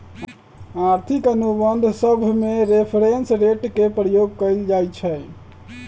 आर्थिक अनुबंध सभमें रेफरेंस रेट के प्रयोग कएल जाइ छइ